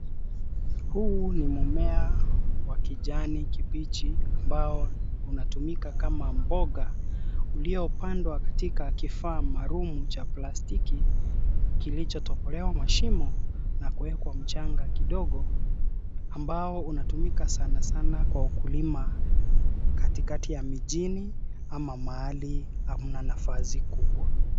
Huu ni mmea wa kijani kibichi, ambao unatumika kama mboga, uliopandwa katika kifaa maalumu cha plastiki, kilichotobolewa mashimo na kuekwa mchanga kidogo, ambao unatumika sana sana kwa ukulima katikati ya mijini ama mahali hamna nafasi kubwa.